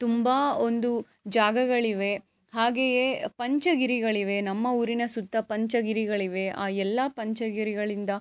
ತುಂಬ ಒಂದು ಜಾಗಗಳಿವೆ ಹಾಗೆಯೇ ಪಂಚಗಿರಿಗಳಿವೆ ನಮ್ಮ ಊರಿನ ಸುತ್ತ ಪಂಚಗಿರಿಗಳಿವೆ ಆ ಎಲ್ಲ ಪಂಚಗಿರಿಗಳಿಂದ